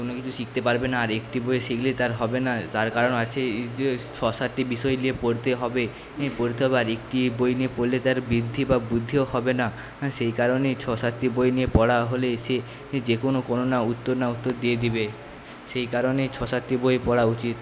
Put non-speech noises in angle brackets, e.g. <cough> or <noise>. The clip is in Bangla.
কোনোকিছু শিখতে পারবেনা আর একটি বই শিখলে তার হবেনা তার কারণ আচ্ছে <unintelligible> ছ সাতটি বিষয় নিয়ে পড়তে হবে পড়তে হবে আর একটি বই নিয়ে পড়লে তো আর বৃদ্ধি বা বুদ্ধিও হবেনা সেই কারণে ছ সাতটি বই নিয়ে পড়া হলে সে যেকোনো কোনো না উত্তর না উত্তর দিয়ে দিবে সেই কারণে ছ সাতটি বই পড়া উচিৎ